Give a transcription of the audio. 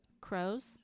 Crows